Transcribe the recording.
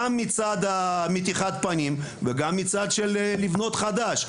גם מצד של מתיחת פנים וגם מצד של לבנות חדש.